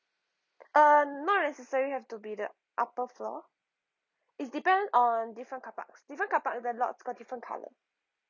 uh not necessarily have to be the upper floor it's depend on different car parks different car park uh the lots got different colour